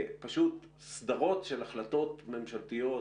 סדרות של החלטות ממשלתיות